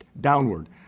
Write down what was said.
downward